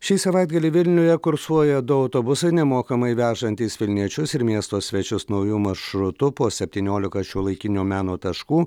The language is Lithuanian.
šį savaitgalį vilniuje kursuoja du autobusai nemokamai vežantys vilniečius ir miesto svečius nauju maršrutu po septyniolika šiuolaikinio meno taškų